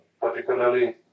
Particularly